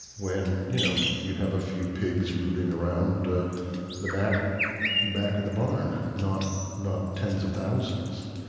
when you know you'd have a few pigs rooting around ah the back back of the barn, not not tens of thousands.